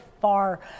far